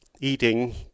eating